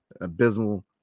abysmal